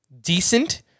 decent